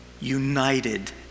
united